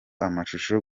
amashusho